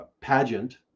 pageant